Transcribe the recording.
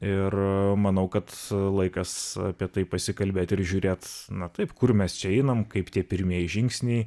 ir manau kad laikas apie tai pasikalbėt ir žiūrėt na taip kur mes čia einam kaip tie pirmieji žingsniai